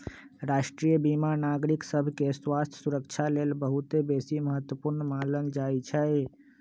राष्ट्रीय बीमा नागरिक सभके स्वास्थ्य सुरक्षा लेल बहुत बेशी महत्वपूर्ण मानल जाइ छइ